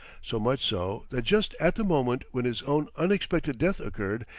so much so, that just at the moment when his own unexpected death occurred,